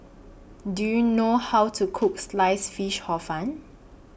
Do YOU know How to Cook Sliced Fish Hor Fun